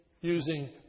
using